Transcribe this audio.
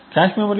cache memory